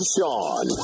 Sean